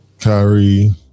Kyrie